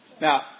Now